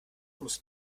muss